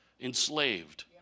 enslaved